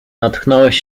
natknąłeś